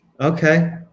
Okay